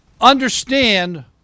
understand